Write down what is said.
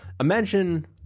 imagine